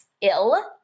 ill